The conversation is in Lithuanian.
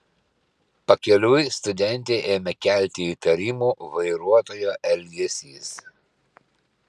pakeliui studentei ėmė kelti įtarimų vairuotojo elgesys